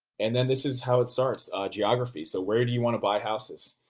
and then this is how it starts. geography, so where do you want to buy houses?